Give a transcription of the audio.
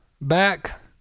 back